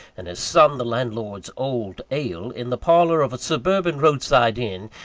and his son the landlord's old ale, in the parlour of a suburban roadside inn,